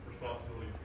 responsibility